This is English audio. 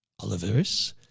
Oliveris